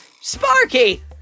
Sparky